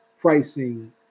pricing